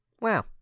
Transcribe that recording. Wow